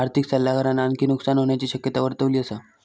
आर्थिक सल्लागारान आणखी नुकसान होण्याची शक्यता वर्तवली असा